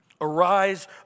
Arise